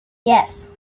yes